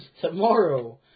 tomorrow